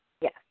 Yes